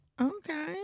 Okay